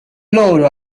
loro